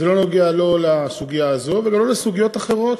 לא בסוגיה הזאת ולא בסוגיות אחרות,